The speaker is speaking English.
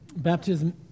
Baptism